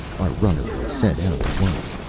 our runner was sent out at once.